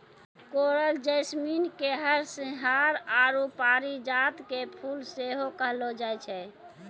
coral jasmine के हरसिंहार आरु परिजात के फुल सेहो कहलो जाय छै